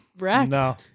no